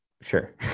sure